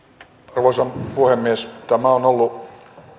arvoisa puhemies tämä on ollut